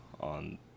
on